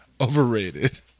Overrated